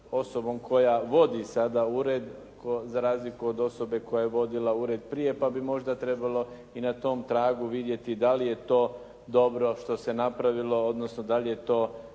osobom koja vodi sada ured, za razliku od osobe koja je vodila ured prije, pa bi možda trebalo i na tom tragu vidjeti dali je to dobro što se napravilo, odnosno dali je to